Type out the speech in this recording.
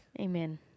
Amen